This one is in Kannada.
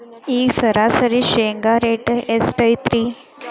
ಈಗ ಸರಾಸರಿ ಶೇಂಗಾ ರೇಟ್ ಎಷ್ಟು ಐತ್ರಿ?